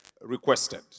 requested